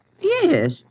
Yes